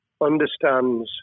understands